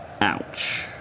Ouch